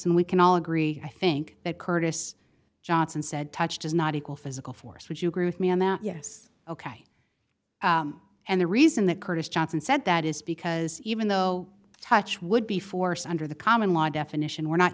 and we can all agree i think that curtis johnson said touch does not equal physical force would you agree with me on that yes ok and the reason that curtis johnson said that is because even though touch would be force under the common law definition we're not